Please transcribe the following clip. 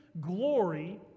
glory